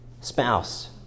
spouse